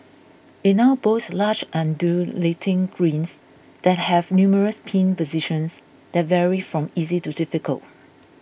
it now boasts large undulating greens that have numerous pin positions that vary from easy to difficult